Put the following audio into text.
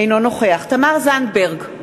אינו נוכח תמר זנדברג,